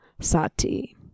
sati